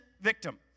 victim